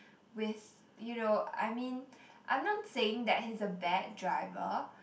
with you know I mean I'm not saying that he's a bad driver